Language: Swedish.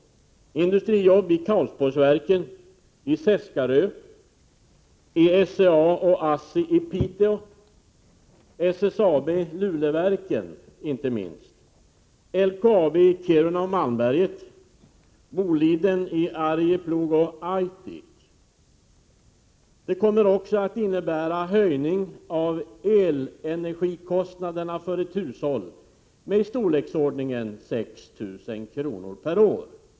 Det gäller industrijobb i Karlsborgsverken, vid Seskarö, vid SCA och ASSI i Piteå, inte minst vid SSAB Luleverken, vid LKAB i Kiruna och Malmberget, vid Boliden i Arjeplog och Aitik. Det kommer också att bli en höjning av elenergikostnaderna för varje hushåll i storleksordningen 6 000 kr. per år.